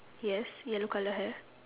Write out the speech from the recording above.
yes yellow colour hair